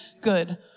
good